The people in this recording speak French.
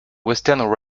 western